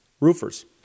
roofers